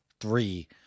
three